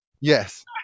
yes